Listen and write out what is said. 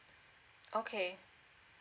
okay